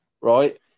right